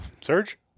Surge